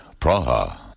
Praha